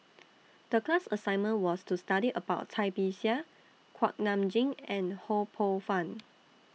The class assignment was to study about Cai Bixia Kuak Nam Jin and Ho Poh Fun